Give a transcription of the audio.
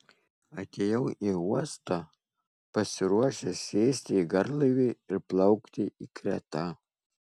atėjau į uostą pasiruošęs sėsti į garlaivį ir plaukti į kretą